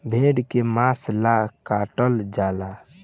भेड़ के मांस ला काटल जाला